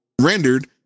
rendered